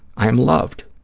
i am loved,